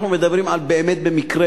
אנחנו מדברים באמת על מקרה